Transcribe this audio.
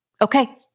Okay